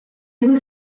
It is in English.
was